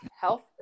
Health